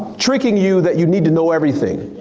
tricking you that you need to know everything.